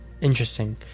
Interesting